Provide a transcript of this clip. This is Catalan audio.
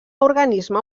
organisme